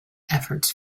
efforts